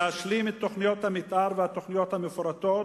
להשלים את תוכניות המיתאר והתוכניות המפורטות